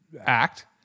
act